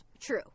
True